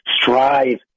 strive